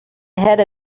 ahead